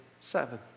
Seven